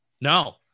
no